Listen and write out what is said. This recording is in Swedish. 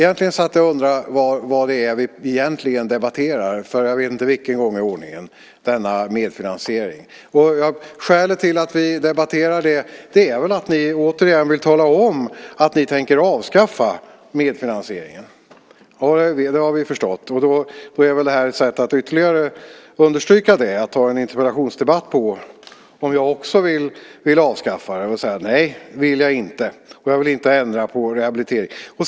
Jag satt och undrade vad det är som vi egentligen debatterar, för jag vet inte vilken gång i ordningen, när det gäller denna medfinansiering. Skälet till att vi debatterar detta är väl att ni återigen vill tala om att ni tänker avskaffa medfinansieringen. Det har vi förstått. Då är väl detta ett sätt att ytterligare understryka det, att ha en interpellationsdebatt om huruvida jag också vill avskaffa den. Men det vill jag inte, och jag vill inte ändra på rehabiliteringen.